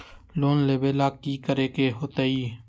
Loan लेवेला की करेके होतई?